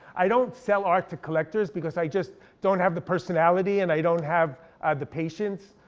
i don't sell art to collectors because i just don't have the personality, and i don't have the patience.